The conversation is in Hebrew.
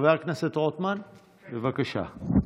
חבר הכנסת רוטמן, בבקשה.